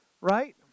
Right